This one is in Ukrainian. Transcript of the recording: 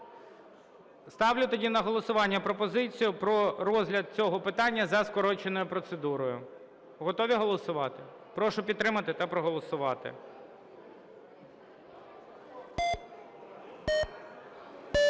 Ставлю тоді на голосування пропозицію про розгляд цього питання за скороченою процедурою. Готові голосувати? Прошу підтримати та проголосувати.